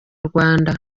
rwanda